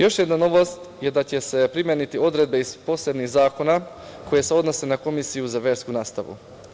Još jedna novost je da će se primeniti odredbe iz posebnih zakona koje se odnose na Komisiju za versku nastavu.